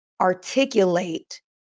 articulate